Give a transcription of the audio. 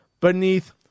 beneath